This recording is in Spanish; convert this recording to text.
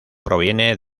proviene